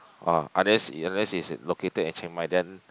ah unless you unless is is located at Chiang-Mai then